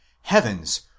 heavens